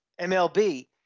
MLB